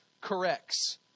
corrects